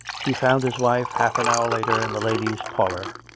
he found his wife half an hour later in the ladies' par lour,